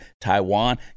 Taiwan